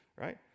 right